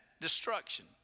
Destruction